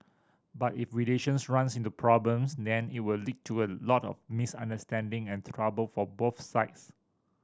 but if relations runs into problems then it will lead to a lot of misunderstanding and trouble for both sides